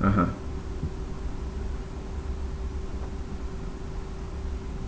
(uh huh)